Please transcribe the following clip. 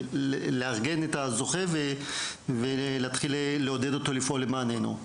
לארגן את הזוכה ולהתחיל לעודד אותו לפעול למעננו.